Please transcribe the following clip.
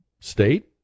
state